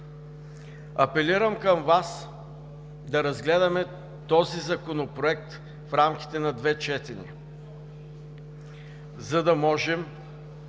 Апелирам към Вас, да разгледаме този законопроект в рамките на две четения, за да можем